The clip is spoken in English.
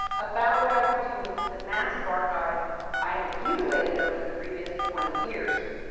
about what i would do with the massive archive i had accumulated over the previous twenty years.